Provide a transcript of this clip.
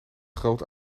groot